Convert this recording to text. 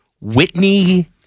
Whitney